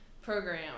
program